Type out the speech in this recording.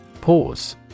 Pause